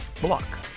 block